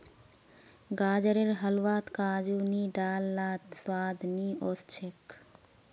गाजरेर हलवात काजू नी डाल लात स्वाद नइ ओस छेक